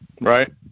Right